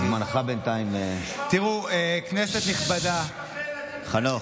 זמנך בינתיים, תראו, כנסת נכבדה, חנוך.